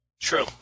True